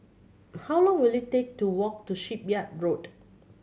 how long will it take to walk to Shipyard Road